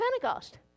Pentecost